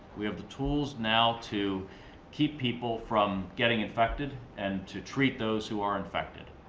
we have the tools now to keep people from getting infected and to treat those who are infected.